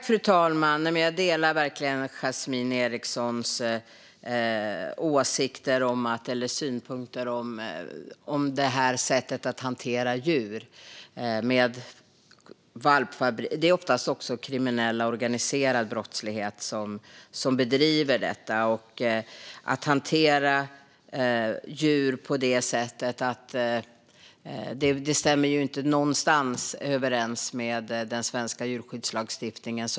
Fru talman! Jag delar verkligen Yasmine Erikssons synpunkter på detta sätt att hantera djur. Det är ofta organiserad brottslighet som bedriver denna verksamhet och att hantera djur på detta sätt stämmer inte någonstans överens med vår svenska djurskyddslagstiftning.